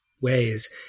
ways